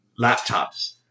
laptops